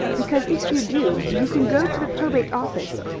because if you do, you can go to the probate office,